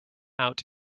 out